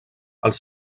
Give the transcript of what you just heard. els